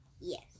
Yes